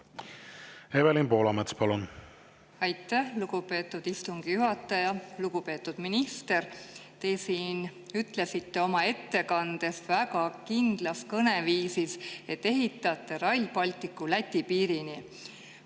Evelin Poolamets, palun! Aitäh, lugupeetud istungi juhataja! Lugupeetud minister! Te siin ütlesite oma ettekandes väga kindlas kõneviisis, et ehitate Rail Balticu Läti piirini.